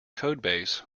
codebase